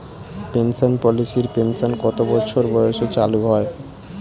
Pension পলিসির pension কত বছর বয়সে চালু হয়?